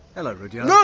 hello rudyard.